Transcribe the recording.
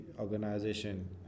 organization